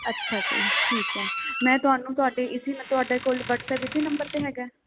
ਅੱਛਾ ਜੀ ਠੀਕ ਹੈ ਮੈਂ ਤੁਹਾਨੂੰ ਤੁਹਾਡੇ ਇਸੀ ਤੁਹਾਡੇ ਕੋਲ ਵਟਸਐਪ ਇਸੀ ਨੰਬਰ 'ਤੇ ਹੈਗਾ